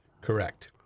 Correct